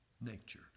nature